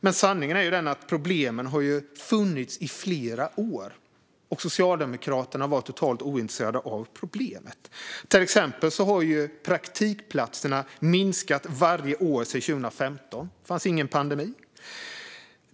Men sanningen är ju att problemen har funnits i flera år och att Socialdemokraterna har varit totalt ointresserade av dem. Till exempel har praktikplatserna minskat varje år sedan 2015, då det inte var någon pandemi.